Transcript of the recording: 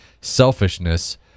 selfishness